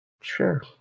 sure